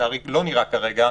שלצערי לא נראה כרגע,